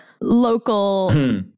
local